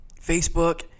Facebook